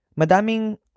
madaming